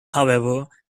however